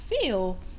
feel